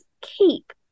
keep